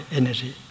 energy